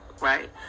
right